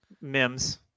Mims